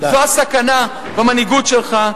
זו הסכנה במנהיגות שלך.